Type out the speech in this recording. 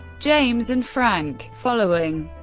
james and frank, following.